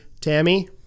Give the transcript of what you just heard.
Tammy